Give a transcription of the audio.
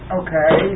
okay